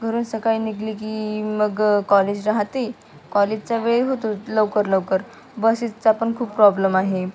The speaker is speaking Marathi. घरून सकाळी निघाली की मग कॉलेज राहते कॉलेजचा वेळ होतो लवकर लवकर बसेजचा पण खूप प्रॉब्लम आहे